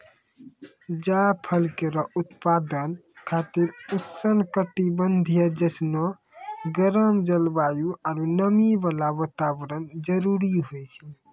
जायफल केरो उत्पादन खातिर उष्ण कटिबंधीय जैसनो गरम जलवायु आरु नमी वाला वातावरण जरूरी होय छै